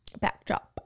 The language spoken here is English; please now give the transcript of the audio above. Backdrop